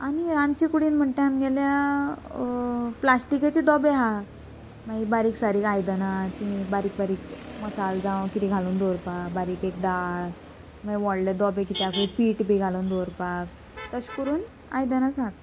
आनी रांदचे कुडीन म्हणटा आमगेल्या प्लास्टिकेचे डोबे आहा मागी बारीक सारीक आयदनां ती बारीक बारीक मसाल जावं कितें घालून दवरपा बारीक एक दाळ मागीर व्हडले दोबे कित्याकूय पीट बी घालून दवरपाक तशें करून आयदनां आसा